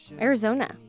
Arizona